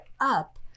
up